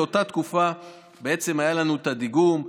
לאותה תקופה בעצם היה לנו את הדיגום,